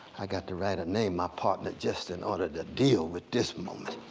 i got to write a name, my partner, just in order to deal with this moment.